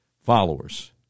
followers